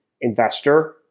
investor